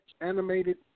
animated